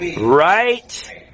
Right